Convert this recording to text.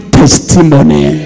testimony